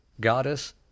goddess